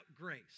grace